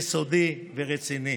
יסודי ורציני.